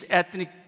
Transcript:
ethnic